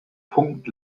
punkt